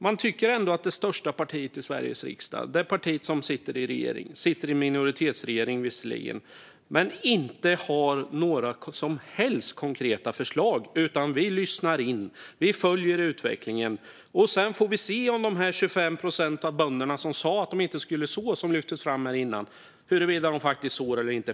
Jag tycker ändå att det största partiet i Sveriges riksdag, det parti som sitter i regeringen - visserligen en minoritetsregering - inte har några som helst konkreta förslag utan säger att man lyssnar in och följer utvecklingen. Sedan får vi se huruvida de 25 procent av bönderna som sa att de inte skulle så, som lyftes fram här tidigare, faktiskt sår eller inte.